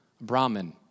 Brahman